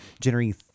Generating